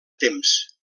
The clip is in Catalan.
temps